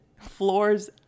floors